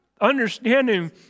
understanding